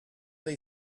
they